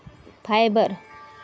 fibre